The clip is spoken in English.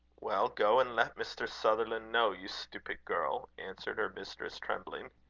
well, go and let mr. sutherland know, you stupid girl, answered her mistress, trembling.